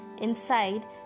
Inside